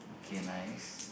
okay nice